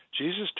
Jesus